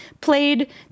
played